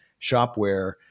Shopware